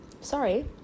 Sorry